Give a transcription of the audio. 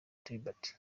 tribert